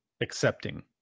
accepting